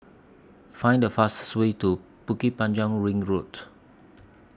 Find The fastest Way to Bukit Panjang Ring Road